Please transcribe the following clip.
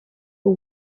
who